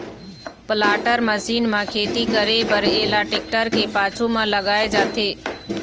planter machine म खेती करे बर एला टेक्टर के पाछू म लगाए जाथे